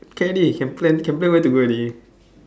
can already can plan can plan where to go already